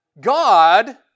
God